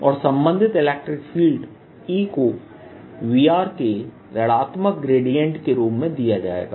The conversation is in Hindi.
और संबंधित इलेक्ट्रिक फील्ड E को Vr के ऋणात्मक ग्रेडियंट के रूप में दिया जाएगा